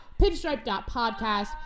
pinstripe.podcast